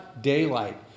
daylight